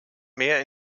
mehr